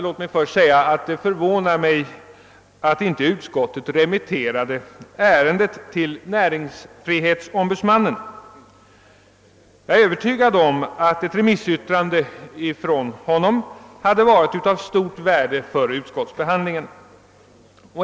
Låt mig först säga att det förvånar mig att inte utskottet remitterade ärendet till näringsfrihetsombudsmannen. Jag är övertygad om att ett remissyttrande från honom hade varit av stort värde för utskottsbehandlingen.